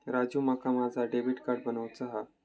राजू, माका माझा debit card बनवूचा हा